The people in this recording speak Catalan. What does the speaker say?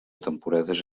temporades